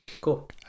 Cool